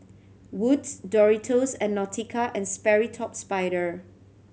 Wood's Doritos and Nautica and Sperry Top Sider